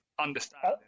Understanding